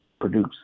produce